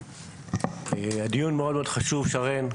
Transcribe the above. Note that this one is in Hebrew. הדיון מאוד חשוב, שרן.